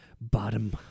bottom